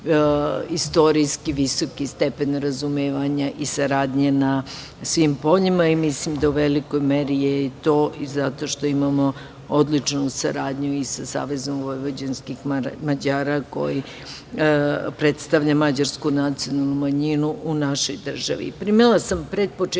istorijski visoki stepen razumevanja i saradnje na svim poljima. Mislim da je u velikoj meri to tako i zato što imamo odličnu saradnju i sa Savezom vojvođanskih Mađara, koji predstavlja mađarsku nacionalnu manjinu u našoj državi. Primila sam pred početak